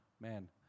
Man